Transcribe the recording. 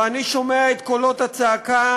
ואני שומע את קולות הצעקה,